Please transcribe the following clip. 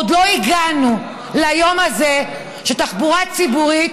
עוד לא הגענו ליום הזה שתחבורה ציבורית